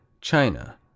China